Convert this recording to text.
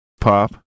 pop